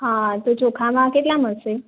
હા તો ચોખામાં કેટલા મળશે